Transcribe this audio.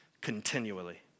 continually